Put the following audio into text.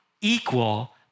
equal